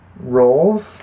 roles